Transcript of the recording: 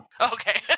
Okay